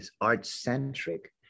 art-centric